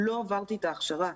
לא עברתי את ההכשרה.